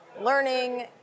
learning